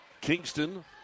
Kingston